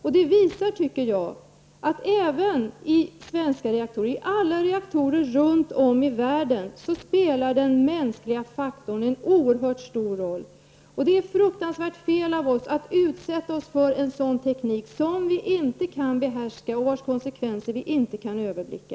Detta visar, tycker jag, att även i svenska reaktorer och i alla andra reaktorer runt om i världen, spelar den mänskliga faktorn en oerhört stor roll. Det är fruktansvärt fel av oss att utsätta oss för en teknik som vi inte kan behärska och vars konsekvenser vi inte kan överblicka.